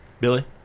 Billy